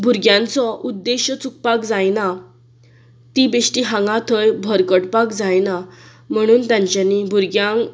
भुरग्यांचो उद्देश्य चुकपाक जायना ती बेश्टी हांगा थंय भरकटपाक जायना म्हणून तांच्यांनी भुरग्यांक